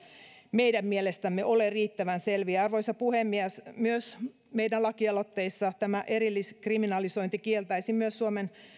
meidän mielestämme ole riittävän selviä arvoisa puhemies myös meidän lakialoitteissamme tämä erilliskriminalisointi kieltäisi myös suomen